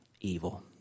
evil